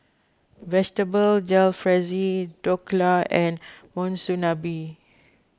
Vegetable Jalfrezi Dhokla and Monsunabe